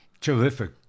Terrific